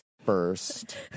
first